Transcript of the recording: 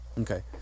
Okay